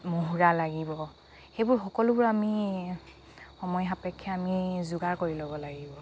মহুৰা লাগিব সেইবোৰ সকলোবোৰ আমি সময় সাপেক্ষে আমি যোগাৰ কৰি ল'ব লাগিব